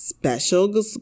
Special